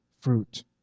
fruit